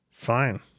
Fine